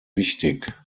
wichtig